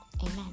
Amen